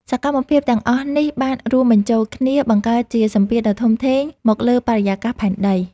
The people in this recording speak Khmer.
សកម្មភាពទាំងអស់នេះបានរួមបញ្ចូលគ្នា បង្កើតជាសម្ពាធដ៏ធំធេងមកលើបរិយាកាសផែនដី។